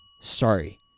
Sorry